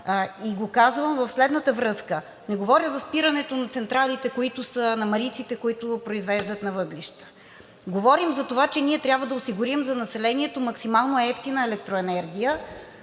И го казвам в следната връзка – не говоря за спирането на централите на мариците, които произвеждат на въглища, говорим за това, че ние трябва да осигурим на населението максимално евтина електроенергия.